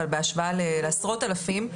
אבל בהשוואה לעשרות אלפים,